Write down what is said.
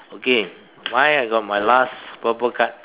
okay mine I got my last purple card